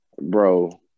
bro